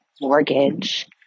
mortgage